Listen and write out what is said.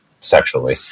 sexually